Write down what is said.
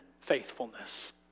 faithfulness